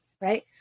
right